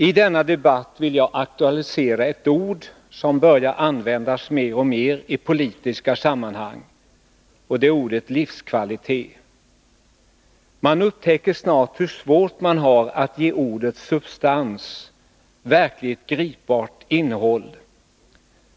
I denna debatt vill jag aktualisera ett ord som börjar användas mer och mer i politiska sammanhang. Det är ordet livskvalitet. Man upptäcker snart hur svårt man har att ge ordet substans, verkligt gripbart innehåll.